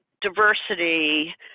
diversity